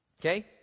Okay